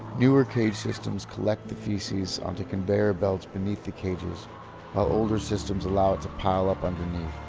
newer cage systems collect the faeces onto conveyor belts beneath the cages, while older systems allow it to pile up underneath.